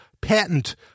patent